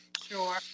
sure